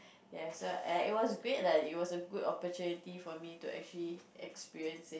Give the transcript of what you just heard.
ya so !aiya! it was great lah it was a good opportunity for me to actually experience